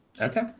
Okay